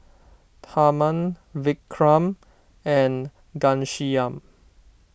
Tharman Vikram and Ghanshyam